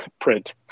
print